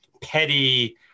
petty